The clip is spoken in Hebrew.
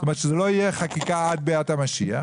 זאת אומרת, שזאת לא תהיה חקיקה עד ביאת המשיח.